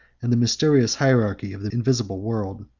and the mysterious hierarchy of the invisible world.